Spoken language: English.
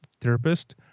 therapist